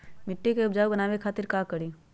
मिट्टी के उपजाऊ बनावे खातिर का करी?